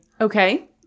Okay